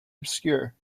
obscure